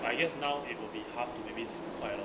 I guess now it will be halved to maybe 十块 lor